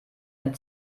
ein